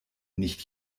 nicht